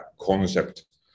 concept